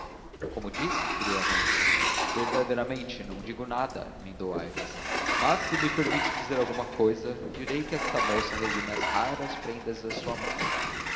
como diz inquiriu a mãe verdadeiramente não digo nada emendou aires mas se me permite dizer alguma cousa direi que esta moça resume as raras prendas de sua mãe